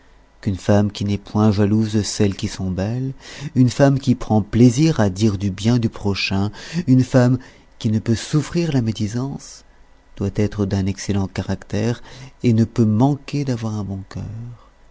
qu'une femme qui n'est point jalouse de celles qui sont belles une femme qui prend plaisir à dire du bien du prochain une femme qui ne peut souffrir la médisance doit être d'un excellent caractère et ne peut manquer d'avoir un bon cœur